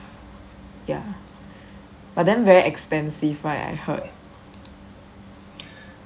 ya but then very expensive right I heard